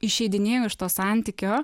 išeidinėjau iš to santykio